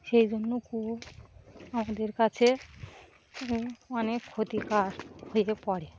সেই জন্য কুয়ো আমাদের কাছে অনেক ক্ষতিকর হয়ে পড়ে